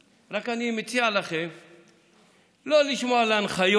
אני רק מציע לכם לא לשמוע להנחיות